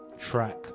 track